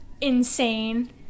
insane